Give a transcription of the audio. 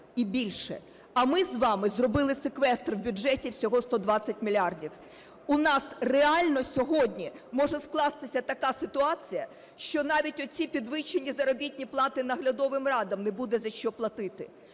і більше. А ми з вами зробили секвестр у бюджеті всього 120 мільярдів. У нас реально сьогодні може скластися така ситуація, що навіть оці підвищені заробітні плати наглядовим радам не буде за що платити.